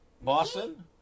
Boston